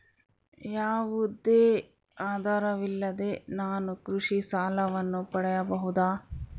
ಯಾವುದೇ ಆಧಾರವಿಲ್ಲದೆ ನಾನು ಕೃಷಿ ಸಾಲವನ್ನು ಪಡೆಯಬಹುದಾ?